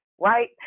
right